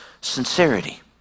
sincerity